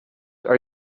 are